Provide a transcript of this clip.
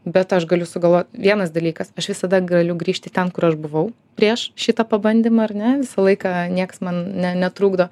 bet aš galiu sugalvot vienas dalykas aš visada galiu grįžti ten kur aš buvau prieš šitą pabandymą ar ne visą laiką nieks man ne netrukdo